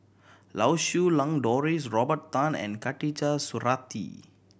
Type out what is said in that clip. Lau Siew Lang Doris Robert Tan and Khatijah Surattee